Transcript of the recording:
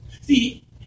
See